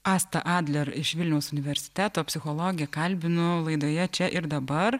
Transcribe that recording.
astą adler iš vilniaus universiteto psichologę kalbinu laidoje čia ir dabar